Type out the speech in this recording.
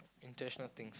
intentional things